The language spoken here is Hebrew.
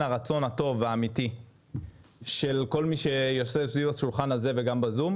הרצון הטוב והאמיתי של כל מי שיושב סביב השולחן הזה וגם בזום,